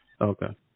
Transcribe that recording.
Okay